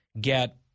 get